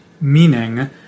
meaning